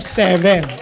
seven